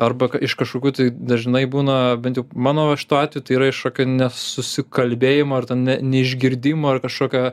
arba iš kažkokių tai dažnai būna bent jau mano šituo atveju tai yra iš kokio nesusikalbėjimo ar ten ne neišgirdimo ar kažkokio